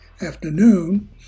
afternoon